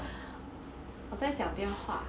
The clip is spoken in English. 我在讲电话